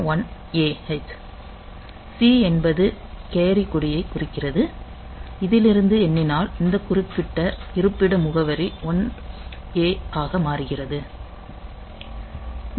C என்பது carry கொடியை குறிக்கிறது இதிலிருந்து எண்ணினால் இந்த குறிப்பிட்ட இருப்பிட முகவரி 1A ஆக மாறுகிறது